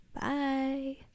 Bye